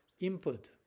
input